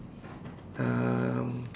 um